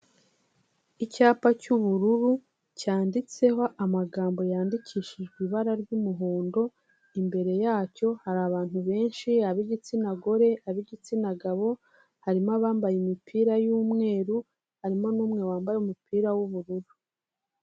Icyapa cy'ubururu, cyanditseho amagambo yandikishijwe ibara ry'umuhondo, imbere yacyo hari abantu benshi, ab'igitsina gore, ab'igitsina gabo, harimo abambaye imipira y'umweru, harimo n'umwe wambaye umupira w'ubururu.